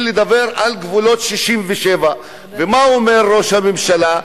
לדבר על גבולות 67'. ומה אומר ראש הממשלה?